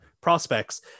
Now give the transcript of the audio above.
prospects